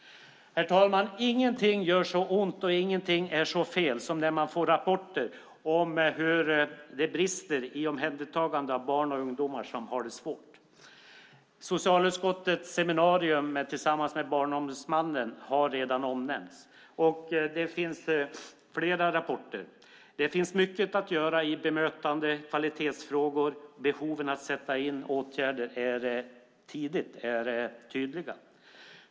Herr talman! Ingenting gör så ont och ingenting är så fel som när man får rapporter om hur det brister i omhändertagandet av barn och ungdomar som har det svårt. Socialutskottets seminarium tillsammans med Barnombudsmannen har redan omnämnts, och det finns fler rapporter. Det finns mycket att göra i bemötande och kvalitetsfrågor. Behoven att sätta in åtgärder tidigt är tydliga.